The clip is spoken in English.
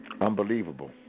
Unbelievable